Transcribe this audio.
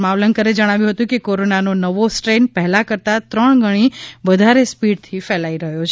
માવલંકરે જણાવ્યું હતું કે કોરોના નો નવો સ્ટ્રેન પહેલા કરતા ત્રણ ગણી વધારે સ્પીડે ફેલાઈ રહ્યો છે